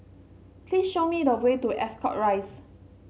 please show me the way to Ascot Rise